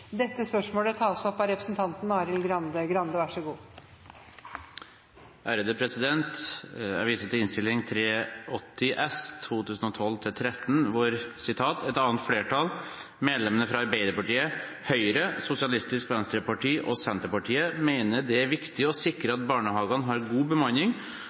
opp av representanten Arild Grande. «Jeg viser til Innst. 380 S for 2012–2013: «Et annet flertall, medlemmene fra Arbeiderpartiet, Høyre, Sosialistisk Venstreparti og Senterpartiet, mener det er viktig å sikre at barnehagene har god bemanning,